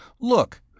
Look